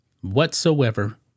whatsoever